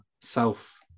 self